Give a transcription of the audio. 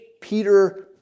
Peter